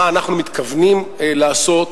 מה אנחנו מתכוונים לעשות,